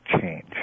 change